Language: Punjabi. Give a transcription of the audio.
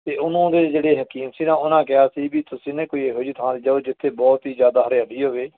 ਅਤੇ ਉਹਨੂੰ ਉਹਦੇ ਜਿਹੜੇ ਹਕੀਮ ਸੀ ਨਾ ਉਹਨਾਂ ਕਿਹਾ ਸੀ ਵੀ ਤੁਸੀਂ ਨਾ ਕੋਈ ਇਹੋ ਜਿਹੀ ਥਾਂ 'ਤੇ ਜਾਓ ਜਿੱਥੇ ਬਹੁਤ ਹੀ ਜ਼ਿਆਦਾ ਹਰਿਆਲੀ ਹੋਵੇ